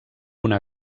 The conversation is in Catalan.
una